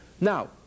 Now